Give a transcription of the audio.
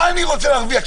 מה אני רוצה להרוויח?